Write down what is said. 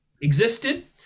existed